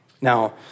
Now